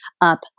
up